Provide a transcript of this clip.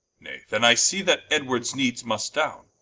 nay then i see, that edward needs must downe.